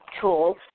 tools